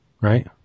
right